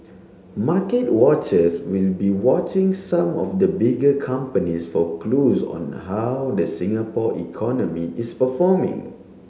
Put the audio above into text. market watchers will be watching some of the bigger companies for clues on how the Singapore economy is performing